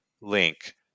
link